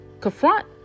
confront